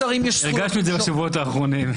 הרגשתי את זה בשבועות האחרונים.